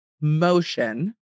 motion